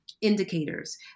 indicators